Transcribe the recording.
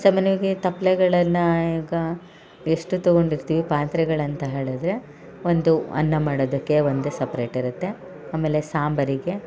ಸಾಮಾನ್ಯವಾಗೆ ತಪ್ಲೆಗಳನ್ನು ಈಗ ಎಷ್ಟು ತಗೊಂಡಿರ್ತೀವಿ ಪಾತ್ರಗಳಂತ ಹೇಳಿದರೆ ಒಂದು ಅನ್ನ ಮಾಡೋದಕ್ಕೆ ಒಂದೇ ಸಪ್ರೇಟ್ ಇರುತ್ತೆ ಆಮೇಲೆ ಸಾಂಬಾರಿಗೆ